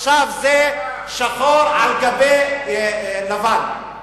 עכשיו זה שחור על גבי לבן,